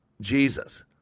Jesus